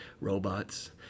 robots